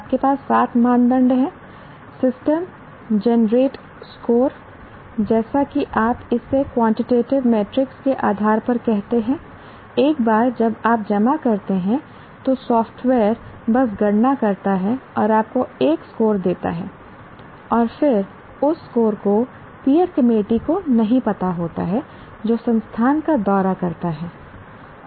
आपके पास 7 मानदंड हैं सिस्टम जनरेट स्कोर जैसा कि आप इसे क्वांटिटेटिव मेट्रिक्स के आधार पर कहते हैं एक बार जब आप जमा करते हैं तो सॉफ्टवेयर बस गणना करता है और आपको एक स्कोर देता है और फिर उस स्कोर को पियर कमेटी को नहीं पता होता है जो संस्थान का दौरा करता है